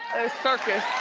circus.